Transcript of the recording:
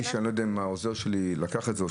אני לא יודע אם העוזר שלי לקח את זה או